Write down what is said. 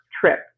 trip